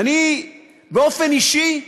ואני באופן אישי,